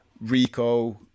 Rico